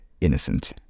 innocent